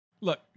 Look